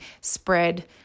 spread